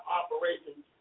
operations